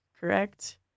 correct